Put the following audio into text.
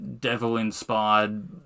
devil-inspired